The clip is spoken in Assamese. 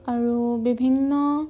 আৰু বিভিন্ন